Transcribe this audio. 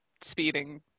speeding